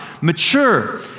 mature